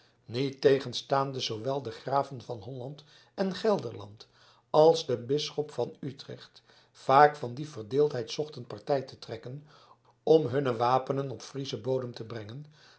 niettegenstaande zoowel de graven van holland en gelderland als de bisschop van utrecht vaak van die verdeeldheid zochten partij te trekken om hunne wapenen op frieschen bodem te brengen